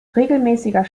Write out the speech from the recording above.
regelmäßiger